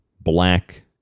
black